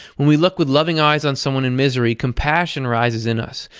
when we look with loving eyes on someone in misery. compassion rises in us,